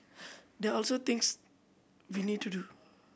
there are also things we need to do